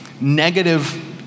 negative